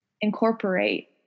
incorporate